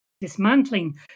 dismantling